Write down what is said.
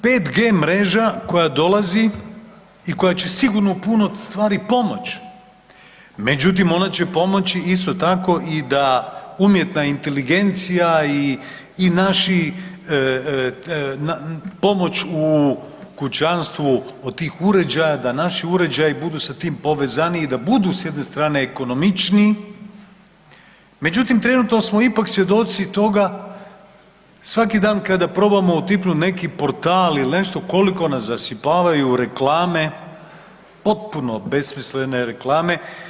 5G mreža koja dolazi i koja će sigurno puno stvari pomoć međutim ona će pomoći isto tako i da umjetna inteligencija i naši, pomoć u kućanstvu od tih uređaja, da naši uređaji budu sa tim povezaniji, da budu s jedne strane ekonomičniji, međutim trenutno smo ipak svjedoci toga svaki dan kada probamo utipnuti neki portal ili nešto, koliko nas zasipavaju reklame, potpuno besmislene reklame.